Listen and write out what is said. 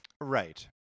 Right